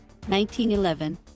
1911